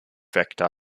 vector